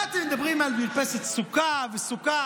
מה אתם מדברים על מרפסת סוכה וסוכה?